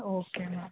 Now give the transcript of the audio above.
okay ma'am